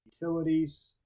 utilities